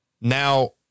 now